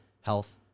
health